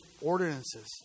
ordinances